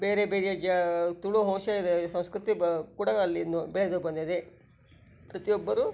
ಬೇರೆಬೇರೆ ಜ ತುಳು ವಂಶ ಇದೆ ಸಂಸ್ಕೃತಿ ಬ ಕೂಡ ಅಲ್ಲಿನೂ ಬೆಳೆದು ಬಂದಿದೆ ಪ್ರತಿಯೊಬ್ಬರೂ